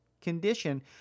condition